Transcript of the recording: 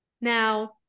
Now